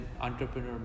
entrepreneur